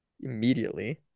immediately